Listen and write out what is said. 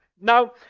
Now